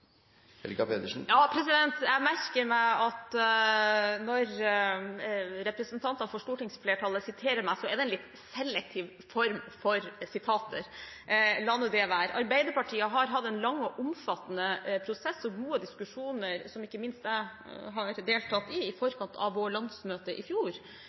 Jeg merker meg at når representanter for stortingsflertallet siterer meg, er det en litt selektiv form for sitater. Men la nå det være. Arbeiderpartiet har hatt en lang og omfattende prosess og gode diskusjoner – som ikke minst jeg har deltatt i – i forkant av landsmøtet i fjor,